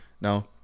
now